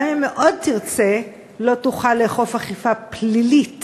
גם אם מאוד תרצה לא תוכל לאכוף אכיפה פלילית